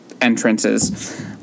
entrances